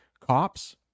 cops